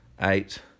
Eight